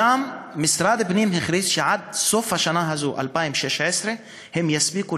גם משרד הפנים הכריז שעד סוף שנת 2016 הם יספיקו